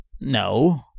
no